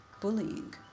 bullying